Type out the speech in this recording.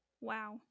Wow